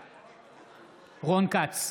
בעד רון כץ,